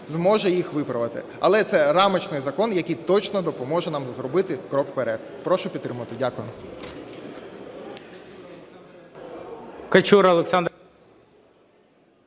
зможе їх виправити. Але це рамочний закон, який точно допоможе нам зробити крок вперед. Прошу підтримати. Дякую.